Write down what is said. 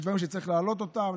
יש דברים שצריך להעלות אותם,